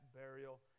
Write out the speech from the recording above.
burial